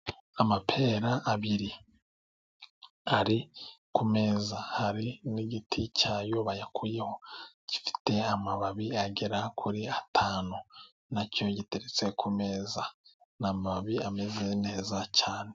Amapera abiri ari ku meza hari n'igiti cyayo bayakuyeho, gifite amababi agera kuri atanu. Na cyo giteretse ku meza, ni amababi ameze neza cyane.